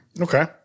Okay